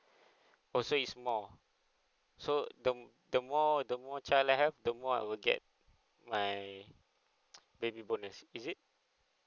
oh so is more so the the more the more child I have the more I will get my baby bonus is it